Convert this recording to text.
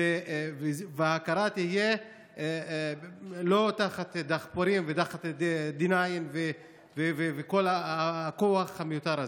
ושההכרה תהיה לא תחת דחפורים ותחת D-9 וכל הכוח המיותר הזה.